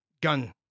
Gun